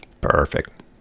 Perfect